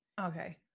okay